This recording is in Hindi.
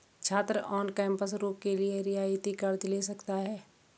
छात्र ऑन कैंपस रूम के लिए रियायती कर्ज़ ले सकता है